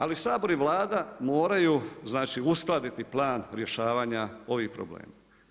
Ali Sabor i Vlada moraju uskladiti plan rješavanja ovih problema.